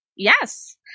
Yes